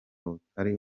butari